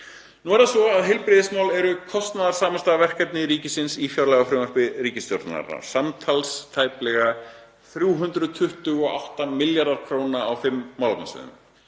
Nú er það svo að heilbrigðismál eru kostnaðarsamasta verkefni ríkisins í fjárlagafrumvarpi ríkisstjórnarinnar, samtals tæplega 328 milljarðar kr. á fimm málefnasviðum.